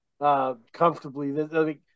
comfortably